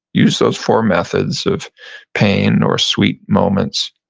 use those four methods of pain or sweet moments,